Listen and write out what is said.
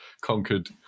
conquered